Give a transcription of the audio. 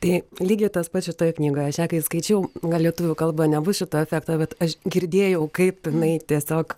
tai lygiai tas pats šitoje knygoje aš ją kai skaičiau gal lietuvių kalba nebus šito efekto bet aš girdėjau kaip jinai tiesiog